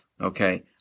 Okay